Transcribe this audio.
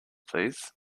please